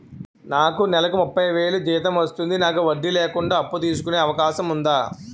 నాకు నేలకు ముప్పై వేలు జీతం వస్తుంది నాకు వడ్డీ లేకుండా అప్పు తీసుకునే అవకాశం ఉందా